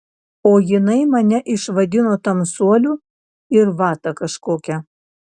o jinai mane išvadino tamsuoliu ir vata kažkokia